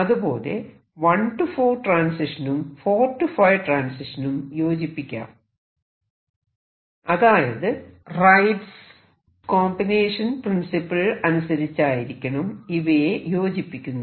അതുപോലെ 1 →4 ട്രാൻസിഷനും 4 →5 ട്രാൻസിഷനും യോജിപ്പിക്കാം അതായത് റൈറ്സ് കോമ്പിനേഷൻ പ്രിൻസിപ്പിൾ അനുസരിച്ചായിരിക്കണം ഇവയെ യോജിപ്പിക്കുന്നത്